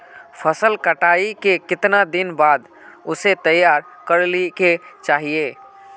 फसल कटाई के कीतना दिन बाद उसे तैयार कर ली के चाहिए?